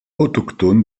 autochtones